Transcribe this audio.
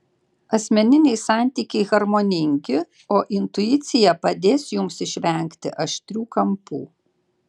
asmeniniai santykiai harmoningi o intuicija padės jums išvengti aštrių kampų